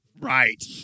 Right